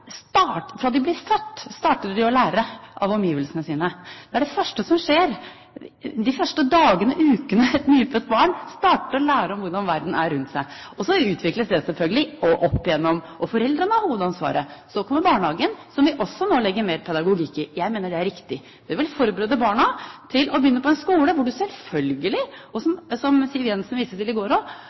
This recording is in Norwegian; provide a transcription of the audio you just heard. fra de blir født, starter med å lære av omgivelsene sine. Det er det første som skjer. De første dagene og ukene starter et nyfødt barn med å lære hvordan verden er rundt seg, og så utvikles det selvfølgelig opp igjennom. Foreldre har hovedansvaret. Så kommer barnehagen, som vi også nå legger mer pedagogikk inn i. Jeg mener det er riktig. Det vil forberede barna til å begynne på en skole hvor det selvfølgelig er slik – som Siv Jensen viste til i går også, og